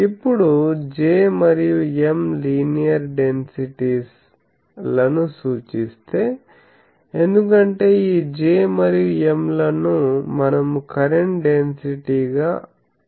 ఇప్పుడు J మరియు M linear densities లను సూచిస్తే ఎందుకంటే ఈ J మరియు M లను మనము కరెంట్ డెన్సిటీస్ గా అనుకున్నాము